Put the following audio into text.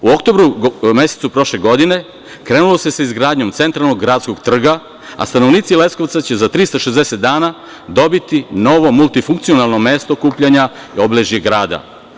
U oktobru mesecu prošle godine krenulo se sa izgradnjom centralnog gradskog trga, a stanovnici Leskovca će za 360 dana dobiti novo multifunkcionalno mesto okupljanja i obeležje grada.